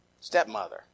stepmother